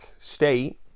state